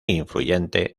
influyente